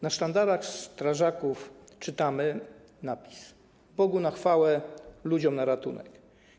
Na sztandarach strażaków widnieje napis: Bogu na chwałę, ludziom na ratunek.